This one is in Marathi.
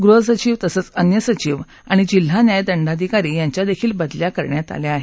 गृहसचिव तसंच अन्य सचिव आणि जिल्हा न्याय दंडाधिकारी यांच्यादेखील बदल्या करण्यात आल्या आहेत